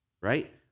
right